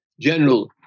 general